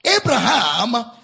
Abraham